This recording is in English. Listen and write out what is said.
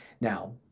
Now